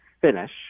finish